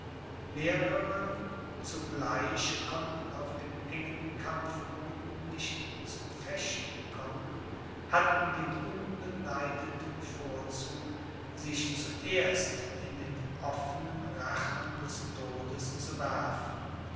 mehrere zugleich konnten auf dem engen kampfboden nicht zum fechten kommen hatten den unbeneideten vorzug sich zuerst in den offenen rachen des todes zu werfen